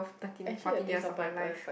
thirteen fourteen years of my life